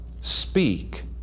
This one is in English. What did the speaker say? speak